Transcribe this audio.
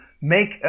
make